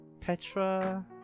Petra